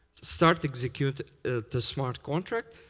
start executing the smart contract,